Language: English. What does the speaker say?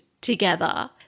together